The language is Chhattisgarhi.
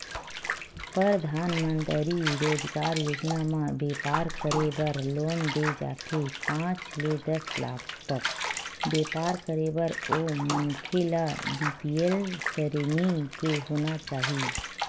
परधानमंतरी रोजगार योजना म बेपार करे बर लोन दे जाथे पांच ले दस लाख तक बेपार करे बर ओ मनखे ल बीपीएल सरेनी के होना चाही